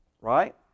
Right